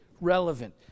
relevant